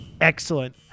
Excellent